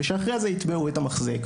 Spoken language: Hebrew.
ושאחרי זה יתבעו את המחזיק,